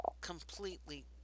completely